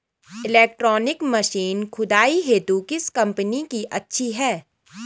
Electronic machine खुदाई हेतु किस कंपनी की अच्छी है?